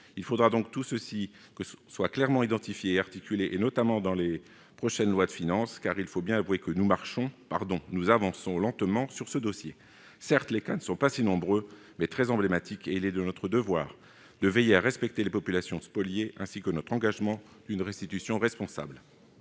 Il faudra que tout ceci soit clairement identifié et articulé, notamment dans les prochaines lois de finances, car il faut bien avouer que nous marchons- pardon, que nous avançons -lentement sur ce dossier. Certes, les cas ne sont pas si nombreux, mais ils sont très emblématiques, et il est de notre devoir de veiller à respecter les populations spoliées, ainsi que notre engagement d'une restitution responsable.